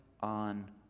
on